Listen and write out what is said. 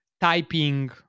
typing